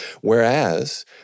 Whereas